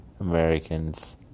Americans